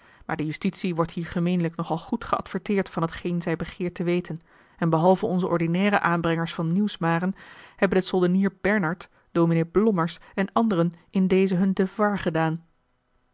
maar de justitie wordt hier gemeenlijk nogal goed geadverteerd van t geen zij begeert te weten en behalve onze ordinaire aanbrengers van nieuwsmaren hebben de soldenier bernard dominé blommers en anderen in dezen hun devoir gedaan